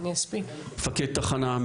מפקד תחנה,